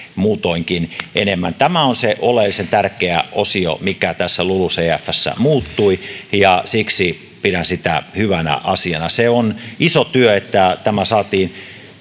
muutoinkin enemmän tämä on se oleellisen tärkeä osio mikä tässä lulucfssä muuttui ja siksi pidän sitä hyvänä asiana se on iso työ että saatiin